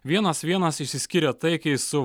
vienas vienas išsiskyrė taikiai su